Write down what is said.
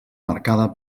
marcada